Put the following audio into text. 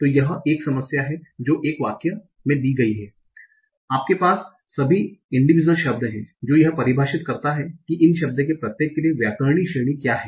तो यह एक समस्या है जो एक वाक्य दी गयी है आपके पास सभी इंडीविस्वल शब्द हैं जो यह परिभाषित करता हैं की इस शब्द के प्रत्येक के लिए व्याकरणिक श्रेणी क्या हैं